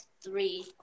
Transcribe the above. three